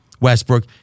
Westbrook